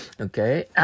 Okay